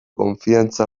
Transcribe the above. konfiantza